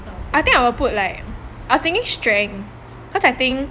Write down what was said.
I think I will put like I was thinking strength cause I think